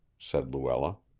said luella.